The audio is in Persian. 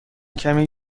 کمی